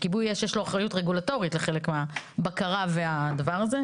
שכיבוי אש יש לו אחריות רגולטורית לחלק מהבקרה והדבר הזה.